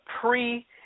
pre